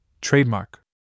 trademark